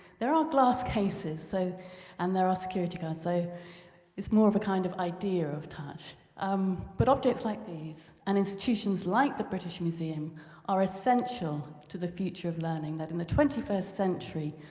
there are glass cases so and there are security guards, so it's more of a kind of idea of touch um but objects like these and institutions like the british museum are essential to the future of learning that in the twenty first century,